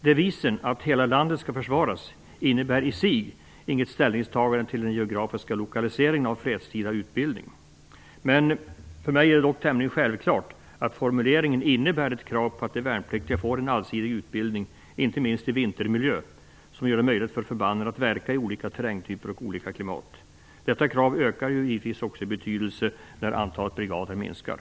Devisen att hela landet skall försvaras innebär i sig inget ställningstagande till den geografiska lokaliseringen av fredstida utbildning. För mig är det dock tämligen självklart att formuleringen innebär ett krav på att de värnpliktiga får en allsidig utbildning, inte minst i vintermiljö, som gör det möjligt för förbanden att verka i olika terrängtyper och i olika klimat. Detta krav ökar givetvis också i betydelse när antalet brigader minskar.